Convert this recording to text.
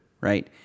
right